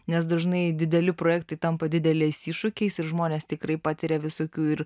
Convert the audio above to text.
nes dažnai dideli projektai tampa dideliais iššūkiais ir žmonės tikrai patiria visokių ir